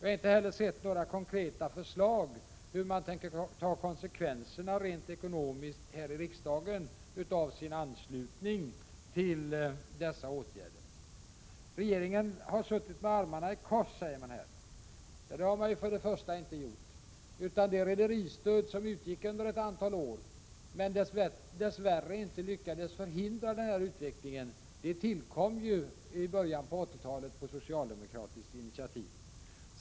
Jag har inte heller sett några konkreta förslag till hur man här i riksdagen tänker sig att ta konsekvenserna rent ekonomiskt av sin anslutning till dessa åtgärder. Man säger att regeringen har suttit med armarna i kors i den här frågan. Det har regeringen verkligen inte gjort. Det rederistöd som utgick under ett antal år men som dess värre inte lyckades förhindra den här utvecklingen tillkom ju på socialdemokratiskt initiativ i början av 1980-talet.